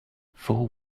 fore